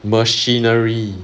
machinery